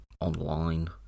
online